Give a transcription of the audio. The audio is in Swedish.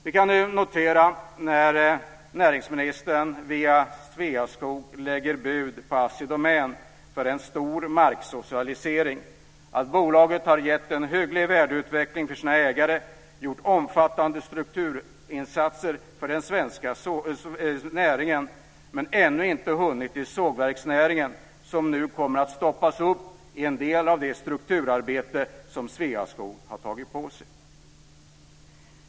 Vi kan nu notera när näringsministern via Sveaskog lägger bud på Assi Domän för en stor marksocialisering att bolaget har gett en hygglig värdeutveckling för sina ägare, gjort omfattande strukturinsatser för näringen men ännu inte hunnit till sågverksnäringen, som nu kommer att stoppas upp i en del av det strukturarbete som Sveaskog har tagit på sig.